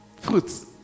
fruits